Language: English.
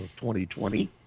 2020